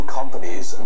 companies